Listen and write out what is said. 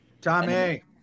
Tommy